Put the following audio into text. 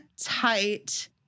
tight